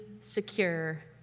secure